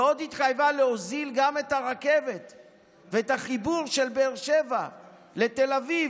ועוד התחייבה להוזיל גם את הרכבת ואת החיבור של באר שבע לתל אביב.